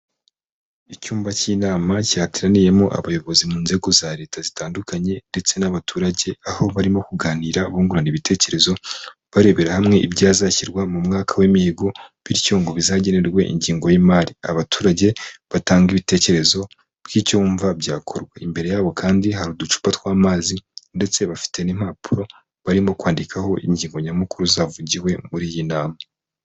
Icyumba cy'inama cyateraniyemo abayobozi mu nzego za leta zitandukanye ndetse n'abaturage, aho barimo kuganira bungurana ibitekerezo, barebera hamwe ibyazashyirwa mu mwaka w'imihigo, bityo ngo bizagenerwe ingengo y'imari, abaturage batanga ibitekerezo by'ibyo bumva byakorwa, imbere yabo kandi hari uducupa tw'amazi ndetse bafite n'impapuro, barimo kwandikaho ingingo nyamukuru zavugiwe muri iyi nama.